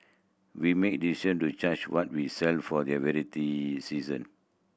we make decision to change what we sell for the variety season